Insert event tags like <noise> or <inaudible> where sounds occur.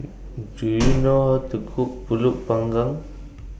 Do YOU know <noise> How to Cook Pulut Panggang